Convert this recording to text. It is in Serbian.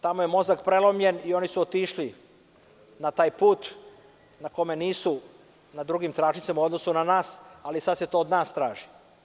Tamo je mozak prelomljen i oni su otišli na taj put na kome nisu na drugim travčicama u odnosu na nas, ali sada se to od nas traži.